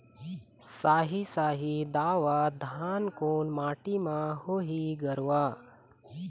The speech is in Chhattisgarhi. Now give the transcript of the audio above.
साही शाही दावत धान कोन माटी म होही गरवा?